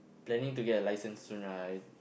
planning to get a license soon right